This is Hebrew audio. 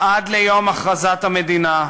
עד ליום הכרזת המדינה,